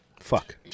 fuck